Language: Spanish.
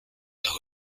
los